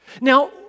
Now